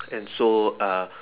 and so uh